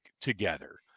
together